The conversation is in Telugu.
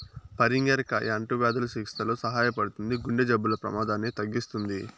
పరింగర కాయ అంటువ్యాధుల చికిత్సలో సహాయపడుతుంది, గుండె జబ్బుల ప్రమాదాన్ని తగ్గిస్తుంది